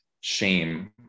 shame